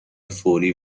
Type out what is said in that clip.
فوری